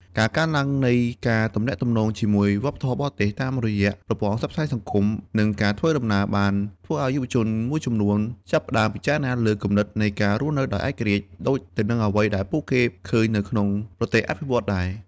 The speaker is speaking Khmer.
ការកើនឡើងនៃការទំនាក់ទំនងជាមួយវប្បធម៌បរទេស តាមរយៈប្រព័ន្ធផ្សព្វផ្សាយសង្គម និងការធ្វើដំណើរ បានធ្វើឱ្យយុវជនខ្មែរមួយចំនួនចាប់ផ្តើមពិចារណាលើគំនិតនៃការរស់នៅដោយឯករាជ្យ ដូចទៅនឹងអ្វីដែលពួកគេឃើញនៅក្នុងប្រទេសអភិវឌ្ឍន៍ដែរ។